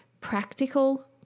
practical